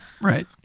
Right